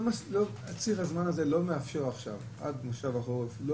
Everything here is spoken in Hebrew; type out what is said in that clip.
ציר הזמן לא מאפשר עכשיו עד מושב החורף לא